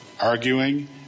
arguing